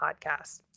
podcast